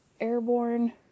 Airborne